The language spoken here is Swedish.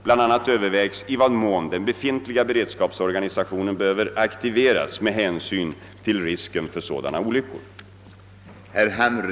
Bland annat övervägs i vad mån den befintliga beredskapsorganisationen behöver aktiveras med hänsyn till risken för sådana olyckor.